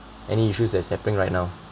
any issues that's happening right now